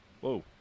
Whoa